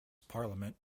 parliament